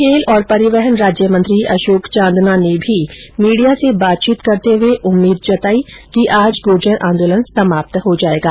खेल और परिवहन राज्य मंत्री अषोक चांदना ने भी मीडिया से बातचीत करते हुए उम्मीद जताई कि आज गुर्जर आंदोलन समाप्त हो जायेगा